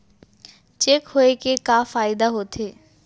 Cheque होए के का फाइदा होथे?